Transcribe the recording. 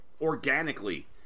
organically